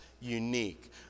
unique